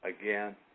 Again